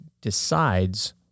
decides